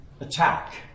attack